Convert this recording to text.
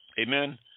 Amen